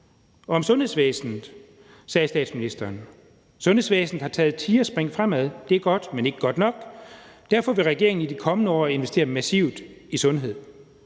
Om sundhedsvæsenet sagde statsministeren, at »sundhedsvæsenet har taget et tigerspring fremad«, og hun sagde også: »Det er godt, men bare ikke godt nok, og derfor vil regeringen i de kommende år investere massivt i sundhed.«